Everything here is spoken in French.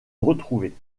retrouver